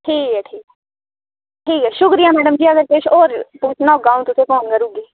ठीक ऐ ठीक ऐ शुक्रिया मैडम जी अगर तुस होर पुच्छना होगा तुसेंगी फोन करी ओड़गी